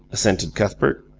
assented cuthbert.